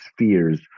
spheres